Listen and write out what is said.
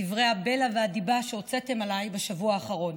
דברי הבלע והדיבה שהוצאתם עליי בשבוע האחרון.